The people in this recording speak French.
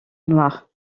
noire